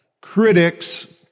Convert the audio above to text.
critics